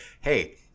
hey